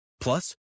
Plus